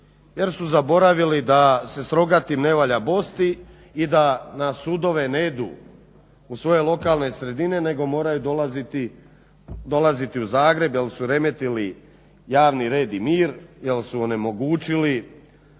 je su zaboravili da se s rogatim ne valja bosti i da na sudove ne idu u svoje lokalne sredine nego moraju dolaziti u Zagreb jer su remetili javni red i mir, jer su onemogućili